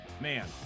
man